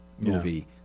movie